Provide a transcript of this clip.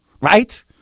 Right